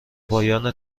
پایان